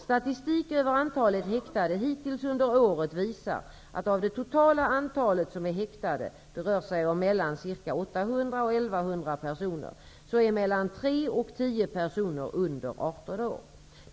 Statistik över antalet häktade hittills under året visar att av det totala antalet som är häktade -- det rör sig om mellan 800 och 1 100 personer -- är mellan tre och tio personer under 18 år.